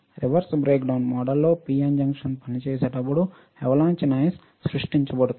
reverse breakdown మోడల్లో PN junction పనిచేసేటప్పుడు avalanche noise సృష్టించబడుతుంది